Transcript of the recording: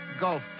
Gulf